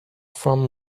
from